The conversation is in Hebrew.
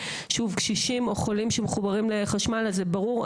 קשישים או חולים שמחוברים לחשמל אז זה ברור,